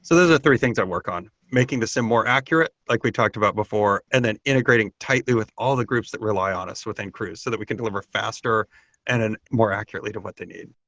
so those are the three things i work on. making the sim more accurate, like we talked about before, and then integrating tightly with all the groups that rely on us within cruise so that we can deliver faster and and more accurately to what they need.